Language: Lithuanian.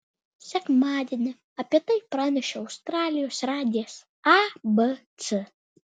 sekmadienį apie tai pranešė australijos radijas abc